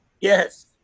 Yes